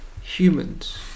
humans